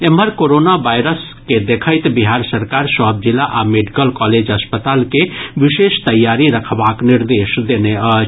एम्हर corona virus के देखैत बिहार सरकार सभ जिला आ मेडिकल कॉलेज अस्पताल के विशेष तैयारी रखबाक निर्देश देने अछि